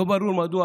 לא ברור מדוע